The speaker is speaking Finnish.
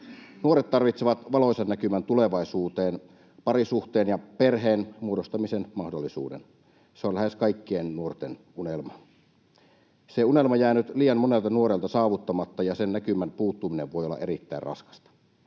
Nuoret tarvitsevat valoisan näkymän tulevaisuuteen, parisuhteen ja perheen muodostamisen mahdollisuuden. Se on lähes kaikkien nuorten unelma. Se unelma jää nyt liian monelta nuorelta saavuttamatta, ja sen näkymän puuttuminen voi olla erittäin raskasta.